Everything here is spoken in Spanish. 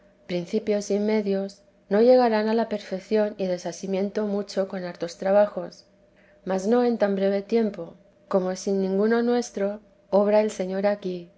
principios y medios no llegarán a la perfección y desasimiento mucho con hartos trabajos mas no en tan breve tiempo como sin ninguno nuestro obra el señor aquí